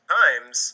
times